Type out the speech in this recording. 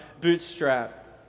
bootstrap